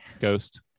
ghost